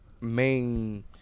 main